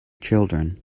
children